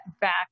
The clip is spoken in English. back